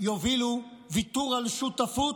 יובילו לוויתור על שותפות,